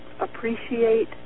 appreciate